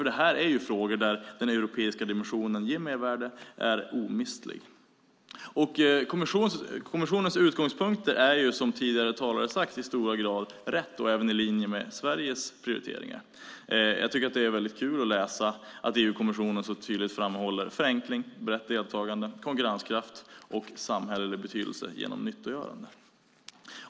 Det här är frågor där den europeiska dimensionen ger mervärde och är omistlig. Kommissionens utgångspunkt är, som tidigare talare har sagt, i stora drag rätt och även i linje med Sveriges prioriteringar. Jag tycker att det är kul att läsa att EU-kommissionen så tydligt framhåller förenkling, brett deltagande, konkurrenskraft och samhällelig betydelse genom nyttogörande.